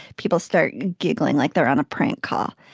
people start giggling like they're on a prank call.